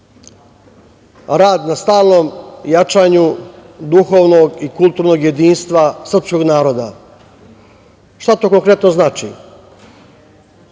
rad na stalnom jačanju duhovnog i kulturnog jedinstva srpskog naroda. Šta to konkretno znači?